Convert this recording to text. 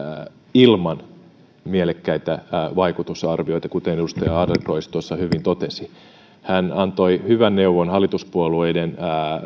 ilman mielekkäitä vaikutusarvioita kuten edustaja adlercreutz hyvin totesi hän antoi hyvän neuvon hallituspuolueiden